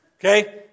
Okay